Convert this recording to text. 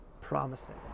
promising